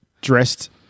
dressed